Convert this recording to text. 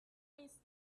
miss